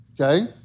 Okay